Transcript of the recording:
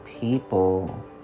people